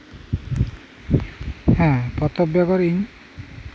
ᱦᱮᱸ ᱯᱚᱛᱚᱵ ᱵᱮᱜᱚᱨ ᱤᱧ